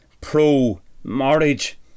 pro-marriage